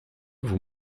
vous